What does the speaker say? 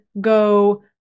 go